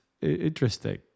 interesting